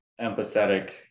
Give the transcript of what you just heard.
empathetic